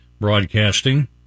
broadcasting